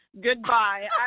Goodbye